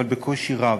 אבל בקושי רב.